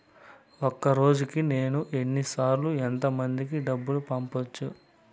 ఒక రోజుకి నేను ఎన్ని సార్లు ఎంత మందికి డబ్బులు పంపొచ్చు?